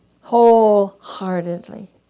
wholeheartedly